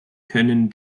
können